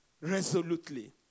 resolutely